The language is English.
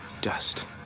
dust